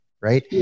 Right